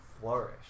flourish